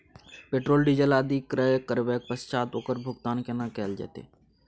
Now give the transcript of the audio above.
Petrol, diesel आदि क्रय करबैक पश्चात ओकर भुगतान केना कैल जेतै?